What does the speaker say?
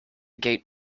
gate